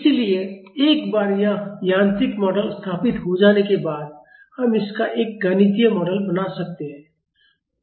इसलिए एक बार यह यांत्रिक मॉडल स्थापित हो जाने के बाद हम इसका एक गणितीय मॉडल बना सकते हैं